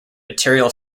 material